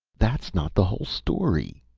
that's not the whole story,